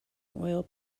oil